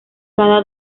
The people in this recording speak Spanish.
cada